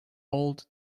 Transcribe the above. old